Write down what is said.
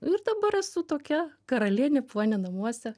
nu ir dabar esu tokia karalienė ponia namuose